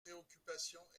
préoccupations